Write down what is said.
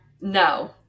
No